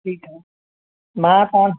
ठीकु आहे मां फो